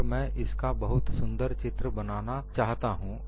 और मैं इसका बहुत सुंदर चित्र बनाना चाहता हूं